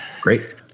Great